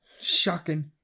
shocking